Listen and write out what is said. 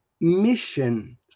mission